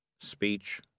Speech